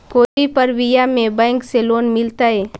कोई परबिया में बैंक से लोन मिलतय?